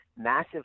massive